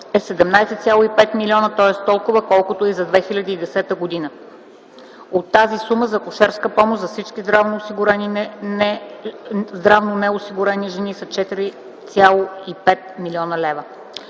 е 17,5 млн. лв., тоест толкова, колкото е за 2010 г. От тази сума за акушерска помощ за всички здравно неосигурени жени са 4,5 млн. лв.